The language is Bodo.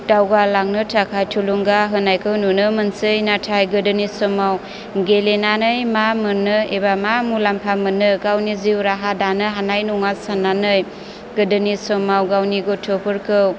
दावगालांनो थाखाय थुलुंगा होनायखौ नुनो मोनसै नाथाय गोदोनि समाव गेलेनानै मा मोननो एबा मा मुलाम्फा मोननो गावनि जिउ राहा दानो हानाय नङा साननानै गोदोनि समाव गावनि गथ'फोरखौ